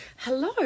Hello